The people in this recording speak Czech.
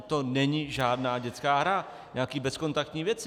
To není žádná dětská hra, nějaké bezkontaktní věci.